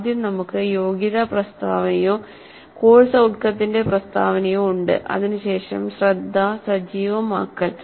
ആദ്യം നമുക്ക് യോഗ്യതാ പ്രസ്താവനയോ കോഴ്സ് ഔട്ട്കത്തിന്റെ പ്രസ്താവനയോ ഉണ്ട്അതിനു ശേഷം ശ്രദ്ധ സജീവമാക്കൽ